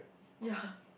ya